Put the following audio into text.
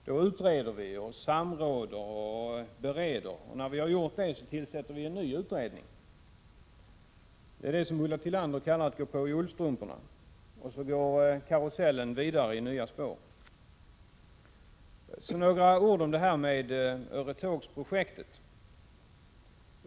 Då utreder vi, samråder och bereder, och när vi har gjort det tillsätter vi en ny utredning — det är detta Ulla Tillander kallar att gå på i ullstrumporna — och så går karusellen vidare i nya spår. Så några ord om Öretågsprojektet.